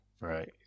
Right